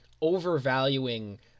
overvaluing